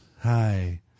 hi